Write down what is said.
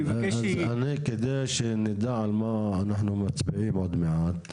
אז כדי שנדע על מה אנחנו מצביעים עוד מעט,